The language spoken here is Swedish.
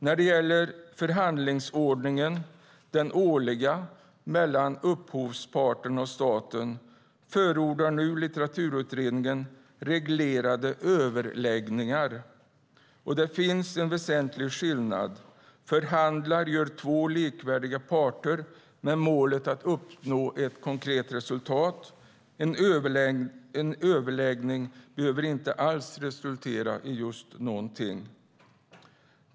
När det gäller ordningen för den årliga förhandlingen mellan upphovsparten och staten förordar Litteraturutredningen reglerade överläggningar. Där finns en väsentlig skillnad. Förhandlar gör två likvärdiga parter med målet att uppnå ett konkret resultat. En överläggning behöver inte alls resultera i någonting.